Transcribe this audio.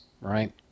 right